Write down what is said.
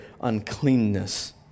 uncleanness